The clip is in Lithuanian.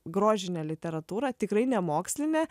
grožinę literatūrą tikrai ne mokslinę